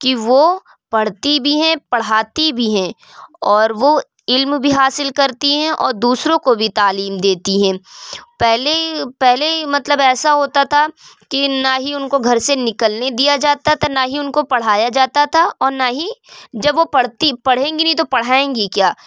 کہ وہ پڑھتی بھی ہیں پڑھاتی بھی ہیں اور وہ علم بھی حاصل کرتی ہیں اور دوسروں کو بھی تعلیم دیتی ہیں پہلے پہلے مطلب ایسا ہوتا تھا کہ نہ ہی ان کو گھر سے نکلنے دیا جاتا تھا نہ ہی ان کو پڑھایا جاتا تھا اور نہ ہی جب وہ پڑھتی پڑھیں گی نہیں تو پڑھائیں گی کیا